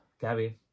Gabby